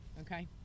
Okay